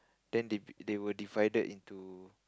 then they they were divided into